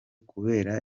kubera